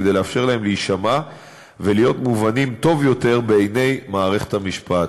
כדי לאפשר להם להישמע ולהיות מובנים טוב יותר בעיני מערכת המשפט.